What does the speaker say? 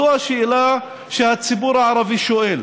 זו השאלה שהציבור הערבי שואל: